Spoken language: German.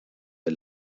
der